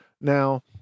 Now